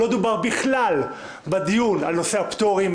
לא דובר בכלל בדיון על נושא הפטורים,